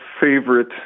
favorite